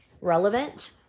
relevant